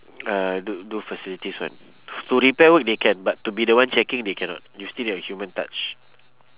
uh do do facilities one to repair work they can but to be the one checking they cannot you still need a human touch